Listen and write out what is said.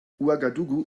ouagadougou